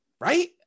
right